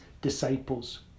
disciples